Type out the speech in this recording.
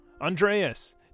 Andreas